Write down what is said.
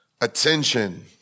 attention